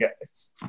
guys